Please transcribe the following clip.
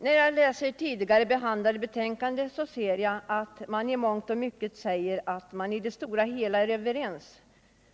När man läser tidigare betänkanden ser man att det i mångt och mycket finns en enighet.